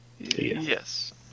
Yes